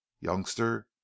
youngster